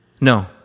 no